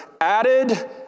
added